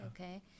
okay